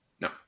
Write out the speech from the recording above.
No